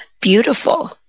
beautiful